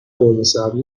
قرمهسبزی